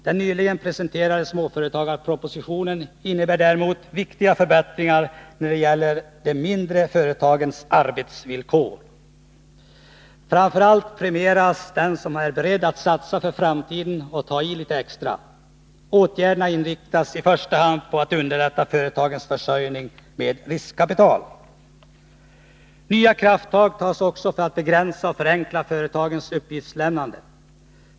Den nyligen presenterade småföretagarpropositionen innebär däremot viktiga förbättringar när det gäller de mindre företagens arbetsvillkor. Framför allt premieras den som är beredd att satsa för framtiden och att ta i litet extra. Åtgärderna inriktas i första hand på att underlätta företagens försörjning med riskkapital. Nya krafttag tas också för att begränsa och förenkla företagens uppgiftslämnande.